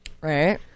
right